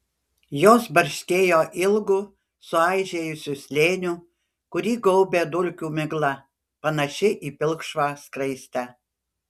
jos barškėjo ilgu suaižėjusiu slėniu kurį gaubė dulkių migla panaši į pilkšvą skraistę